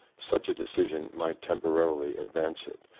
such a decision might tempor arily advance it,